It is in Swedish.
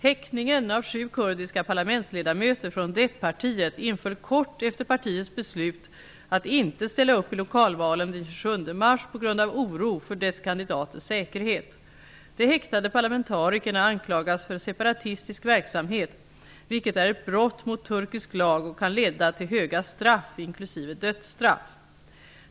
Häktningen av sju kurdiska parlamentsledamöter från DEP-partiet inföll kort efter partiets beslut att inte ställa upp i lokalvalen den 27 mars, på grund av oro för dess kandidaters säkerhet. De häktade parlamentarikerna anklagas för separatistisk verksamhet, vilket är ett brott mot turkisk lag och kan leda till höga straff, inklusive dödsstraff.